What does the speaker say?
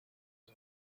and